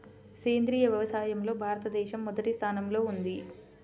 సేంద్రీయ వ్యవసాయంలో భారతదేశం మొదటి స్థానంలో ఉంది